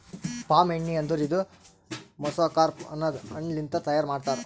palm ಎಣ್ಣಿ ಅಂದುರ್ ಇದು ಮೆಸೊಕಾರ್ಪ್ ಅನದ್ ಹಣ್ಣ ಲಿಂತ್ ತೈಯಾರ್ ಮಾಡ್ತಾರ್